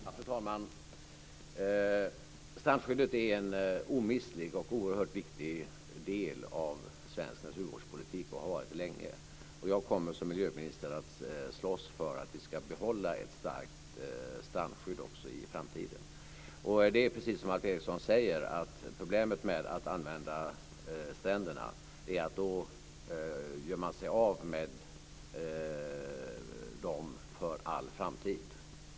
Fru talman! Strandskyddet är en omistlig och oerhört viktig del av svensk naturvårdspolitik och har varit det länge. Jag kommer som miljöminister att slåss för att vi ska behålla ett starkt strandskydd också i framtiden. Det är precis så som Alf Eriksson säger, att problemet med att använda stränderna är att då gör man sig av med dem för all framtid.